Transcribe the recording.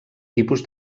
tipus